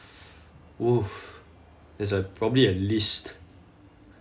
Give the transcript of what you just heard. oo there's a probably a list